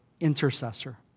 intercessor